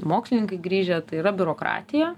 mokslininkai grįžę tai yra biurokratija